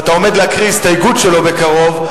ואתה עומד להקריא הסתייגות שלו בקרוב,